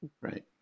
Right